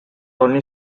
only